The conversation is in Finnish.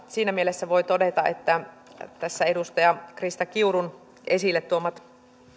siinä mielessä voi todeta että tässä edustaja krista kiurun esille tuomat